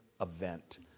event